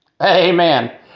Amen